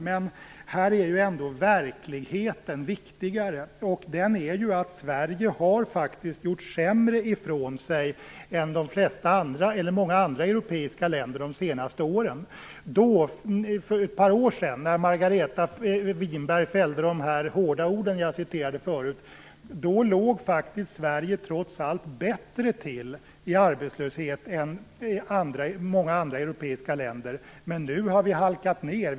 Men här är ändå verkligheten viktigare, och den är ju att Sverige faktiskt har gjort sämre ifrån sig än många andra europeiska länder de senaste åren. För ett par år sedan, när Margareta Winberg fällde de hårda ord jag tidigare citerade, låg Sverige trots allt bättre till i arbetslöshet än många andra europeiska länder, men nu har vi halkat ned.